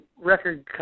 record